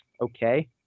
okay